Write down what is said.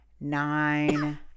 Nine